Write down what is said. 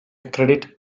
credit